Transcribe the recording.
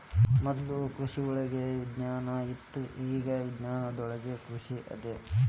ಮೊದ್ಲು ಕೃಷಿವಳಗ ವಿಜ್ಞಾನ ಇತ್ತು ಇಗಾ ವಿಜ್ಞಾನದೊಳಗ ಕೃಷಿ ಅದ